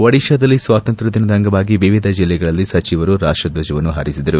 ಓಡಿತಾದಲ್ಲಿ ಸ್ವಾತಂತ್ರ್ವ ದಿನದ ಅಂಗವಾಗಿ ವಿವಿಧ ಜಿಲ್ಲೆಗಳಲ್ಲಿ ಸಚಿವರು ರಾಷ್ಪದ್ದಜವನ್ನು ಹಾರಿಸಿದರು